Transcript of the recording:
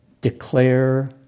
declare